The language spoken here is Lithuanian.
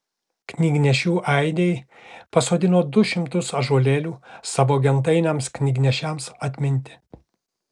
knygnešių ainiai pasodino du šimtus ąžuolėlių savo gentainiams knygnešiams atminti